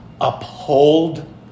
uphold